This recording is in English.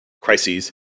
crises